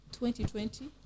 2020